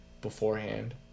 beforehand